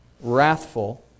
wrathful